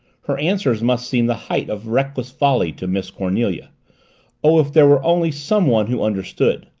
her answers must seem the height of reckless folly to miss cornelia oh, if there were only someone who understood!